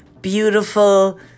beautiful